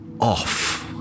off